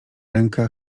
ręka